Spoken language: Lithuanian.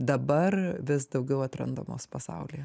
dabar vis daugiau atrandamos pasaulyje